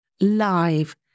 live